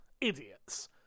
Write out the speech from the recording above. Idiots